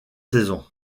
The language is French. saison